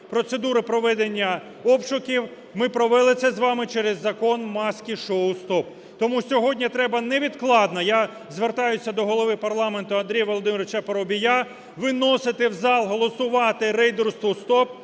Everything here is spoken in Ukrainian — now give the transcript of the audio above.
процедури проведення обшуків. Ми провели це з вами через закон "Маски-шоу стоп". Тому сьогодні треба невідкладно, я звертаюся до голови парламенту Андрія Володимировича Парубія, виносити в зал, голосувати "Рейдерству стоп"